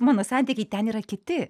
mano santykiai ten yra kiti